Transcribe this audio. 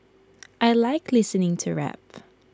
I Like listening to rap